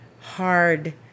hard